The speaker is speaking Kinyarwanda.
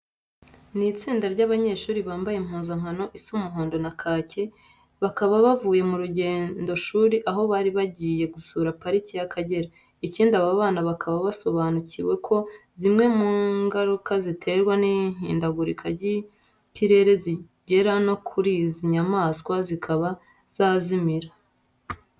Ni itsinda ry'abanyeshuri bambye impuzankano isa umuhondo na kake, bakaba bavuye mu rugendoshuri aho bari bagiye gusura Parike y'Akagera. Ikindi aba bana bakaba basobanuriwe ko zimwe mu ngarika ziterwa n'ihindagurika ry'ikirere zigera no kuri izi nyamaswa zikaba zazimira.